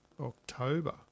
October